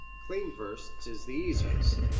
klindworth's is the easiest.